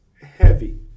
heavy